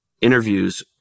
Interviews